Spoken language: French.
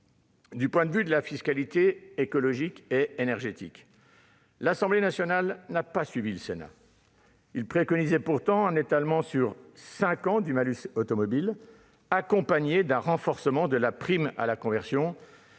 Du point de vue de la fiscalité écologique et énergétique, l'Assemblée nationale n'a pas suivi le Sénat qui préconisait un étalement sur cinq ans du malus automobile, accompagné d'un renforcement de la prime à la conversion.